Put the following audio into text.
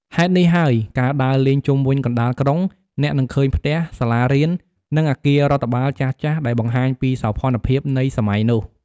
ហេតុនេះហើយ ការដើរលេងជុំវិញកណ្តាលក្រុង អ្នកនឹងឃើញផ្ទះ សាលារៀន និងអាគាររដ្ឋបាលចាស់ៗដែលបង្ហាញពីសោភ័ណភាពនៃសម័យនោះ។